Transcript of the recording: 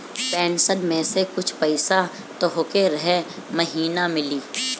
pension में से कुछ पईसा तोहके रह महिना मिली